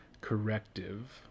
corrective